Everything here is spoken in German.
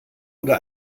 oder